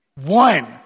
One